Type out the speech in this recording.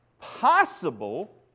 Possible